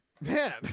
man